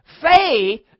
Faith